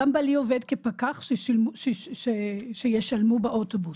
גם בעלי עובד כפקח שישלמו באוטובוס.